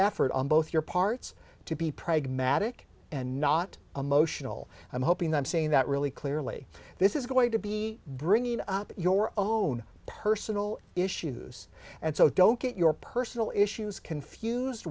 effort on both your parts to be pragmatic and not emotional i'm hoping i'm saying that really clearly this is going to be bringing up your own personal issues and so don't get your personal issues confused